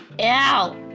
Ow